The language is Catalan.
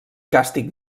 càstig